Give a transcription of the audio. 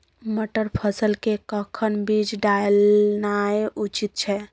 मटर फसल के कखन बीज डालनाय उचित छै?